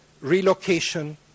Relocation